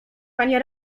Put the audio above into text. panie